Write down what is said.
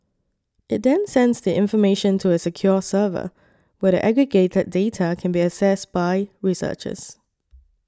it then sends the information to a secure server where the aggregated data can be accessed by researchers